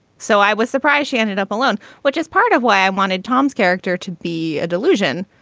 so i was surprised she ended up alone which is part of why i wanted tom's character to be a delusion.